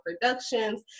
productions